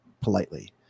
politely